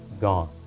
gone